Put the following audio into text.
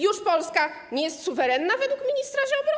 Już Polska nie jest suwerenna według ministra Ziobry?